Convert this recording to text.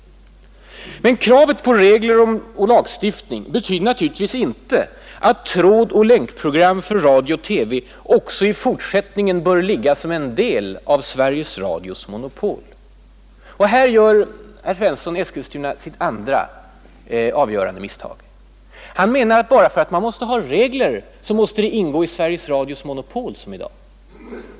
Men kravet på regler och lagstiftning betyder naturligtvis inte att trådoch länkprogram för radio och TV också i fortsättningen bör vara en del av Sveriges Radios monopol. Här gör herr Svensson i Eskilstuna sitt andra avgörande misstag. Han menar att bara för att man måste ha regler, så måste trådsändningen ingå i Sveriges Radios monopol, som i dag.